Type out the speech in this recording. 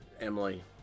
Emily